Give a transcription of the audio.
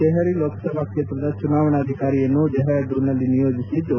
ತೆಪರಿ ಲೋಕಸಭಾ ಕ್ಷೇತ್ರದ ಚುನಾವಣಾಧಿಕಾರಿಯನ್ನು ಡೆಪ್ರಾಡೂನ್ನಲ್ಲಿ ನಿಯೋಜಿಸಿದ್ದು